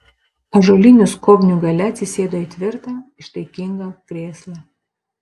ąžuolinių skobnių gale atsisėdo į tvirtą ištaigingą krėslą